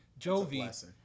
jovi